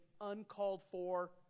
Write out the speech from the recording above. uncalled-for